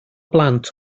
blant